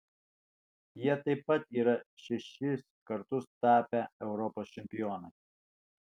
jie taip pat yra šešis kartus tapę europos čempionais